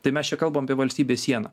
tai mes čia kalbam apie valstybės sieną